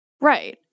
Right